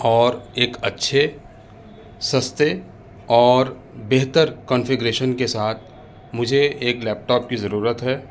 اور ایک اچھے سستے اور بہتر کانفیگریشن کے ساتھ مجھے ایک لیپ ٹاپ کی ضرورت ہے